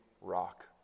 rock